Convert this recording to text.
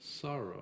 sorrow